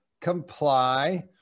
comply